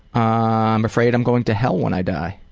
ah i'm afraid i'm going to hell when i die.